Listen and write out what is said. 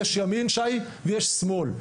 יש ימין שי ויש שמאל,